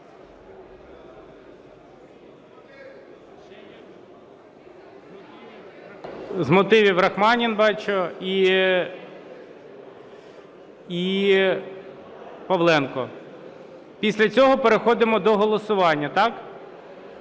З мотивів – Рахманін, бачу. І Павленко. Після цього переходимо до голосування, так?